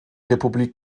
republik